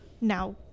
now